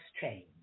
change